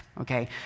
okay